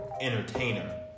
entertainer